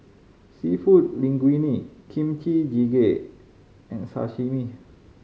Seafood Linguine Kimchi Jjigae and Sashimi